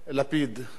איך קוראים לו?